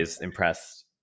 impressed